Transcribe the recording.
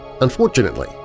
Unfortunately